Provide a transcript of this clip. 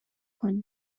کنید